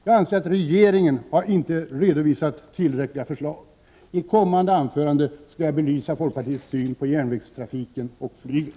Jag anser att regeringen inte har redovisat tillräckliga förslag. I ett kommande anförande skall jag belysa folkpartiets syn på järnvägstrafiken och flyget.